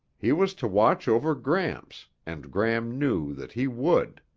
he was to watch over gramps and gram knew that he would.